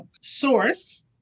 SOURCE